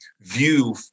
view